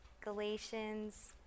Galatians